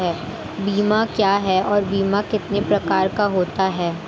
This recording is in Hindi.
बीमा क्या है और बीमा कितने प्रकार का होता है?